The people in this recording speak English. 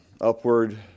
Upward